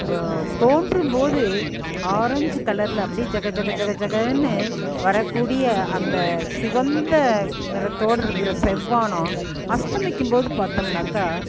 அப்புறோம் தோன்றும்போது ஆரேஞ்சு கலரில் அப்படியே ஜக ஜக ஜக ஜகன்னு வரக்கூடிய அந்த சிவந்த நிறத்தோட இருக்கிற செவ்வானம் அஸ்தமிக்கும்போது பார்த்தம்னாக்கா